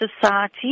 society